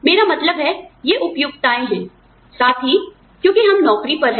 मेरा मतलब है ये उपयुक्तताएं हैं साथ ही क्योंकि हम नौकरी पर हैं